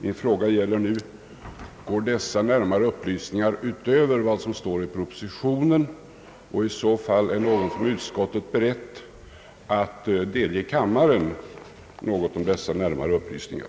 Min fråga är nu: Går dessa »närmare upplysningar» utöver vad som står i propositionen, och är i så fall någon från utskottet beredd att delge kammaren något om dessa »närmare upplysningar»?